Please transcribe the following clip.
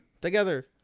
together